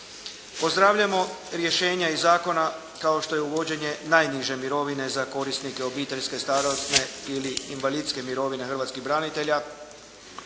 Pozdravljamo rješenja iz zakona kao što je uvođenje najniže mirovine za korisnike obiteljske, starosne ili invalidske mirovine hrvatskih branitelja.